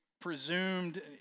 presumed